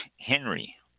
Henry